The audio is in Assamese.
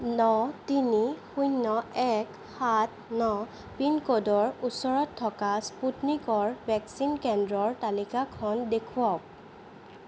ন তিনি শূন্য এক সাত ন পিনক'ডৰ ওচৰত থকা স্পুটনিকৰ ভেকচিন কেন্দ্ৰৰ তালিকাখন দেখুৱাওক